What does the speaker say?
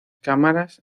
cámaras